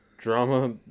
Drama